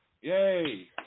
Yay